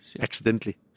accidentally